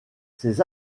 ses